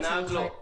לצורך העניין.